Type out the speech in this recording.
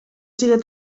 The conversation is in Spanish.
sigue